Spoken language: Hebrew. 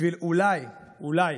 בשביל שהצד הזה אולי